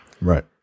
Right